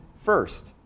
first